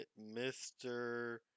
Mr